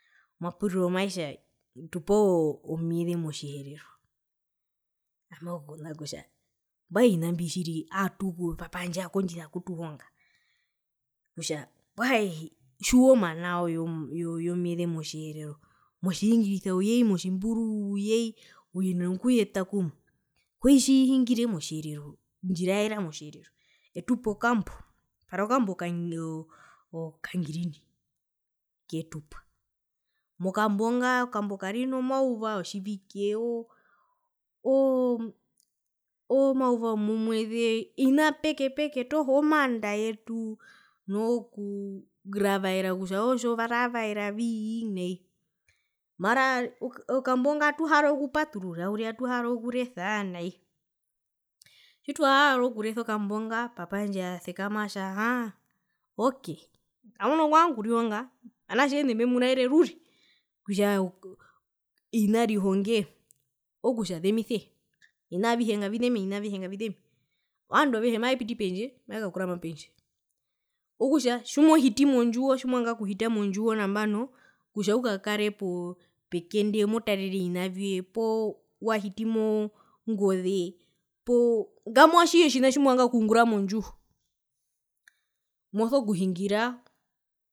Omapuriro maetja tupao omyeze motjiherero ami okumuna kutja mbwae ovina mbi tjiri aatuho papa wandje aakondjisa okutuhonga kutja mbwae tjiwa omana yo yomyeze motjiherero motjingirisa uyeii motjimburu uyei uyenea okuyetakuma koitjihingire motjiherero undjiraere motjiherero etupe okambo pari okambo okangirine ketupa mokambo nga okambo kari nomauva wotjivike oo oo oo omauva womomweze ovina peke peke toho omaanda yetu noo kuu kuravaera kutja otjo ravaera vii naiye mara okambo nga atuharoro okupaturura uriri atuharoro okuresa naiye tjitwaharora okuresaokambo nga papa wandje asekama atja aa ok kamuna kuvanga okurihonga vanatje ene mbemuraere rure kutja oo ovina rihongee ookutja zemise ovina avihe ngavizeme ovina avihe ngavizeme ovandu avehe mavepiti pendje mavekakurama pendje okutja tjimohiti mondjiwo tjimovanga okuhita mondjiwo nambano kutja ukakare po pekende motarere ovina vyoe poo wahiti mongoze poo ngamwa atjihe otjina tjimovanga okungura mondjiwo moso kuhingiraa